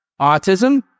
Autism